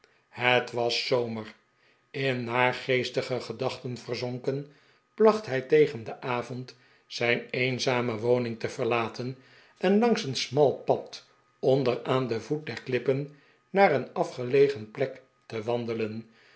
het was zomer in naargeestige gedachten verzonken placht hij tegen den avond zijn e'enzame woning te verlaten en langs een smal pad onder aan den voet der klippen naar een afgelegen plek te wandelen